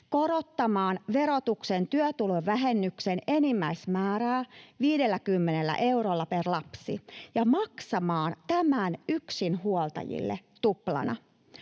korottamaan verotuksen työtulovähennyksen enimmäismäärää 50 eurolla per lapsi ja maksamaan tämän yksinhuoltajille tuplana,